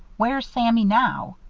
where's sammy now?